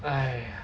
!aiya!